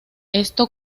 esto